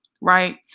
right